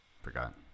forgot